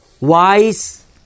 wise